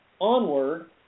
onward